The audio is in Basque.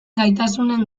gaitasunen